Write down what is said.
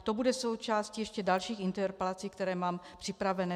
To bude součástí ještě dalších interpelací, které mám připravené.